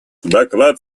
доклад